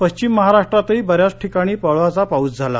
पश्चिम महाराष्ट्रातही बऱ्याच ठिकाणी वळवाचा पाऊस झाला